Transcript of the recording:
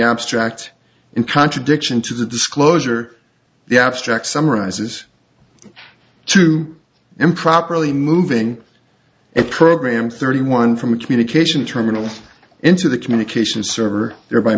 abstract in contradiction to the disclosure the abstract summarizes to improperly moving a program thirty one from a communication terminals into the communications server